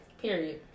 Period